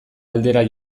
aldera